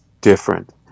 different